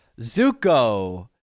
Zuko